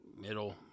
middle